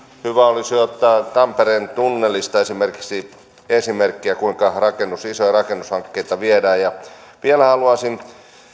hyvä olisi ottaa tampereen tunnelista esimerkiksi esimerkkiä kuinka isoja rakennushankkeita viedään eteenpäin vielä haluaisin